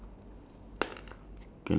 from your point of view or what